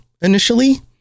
initially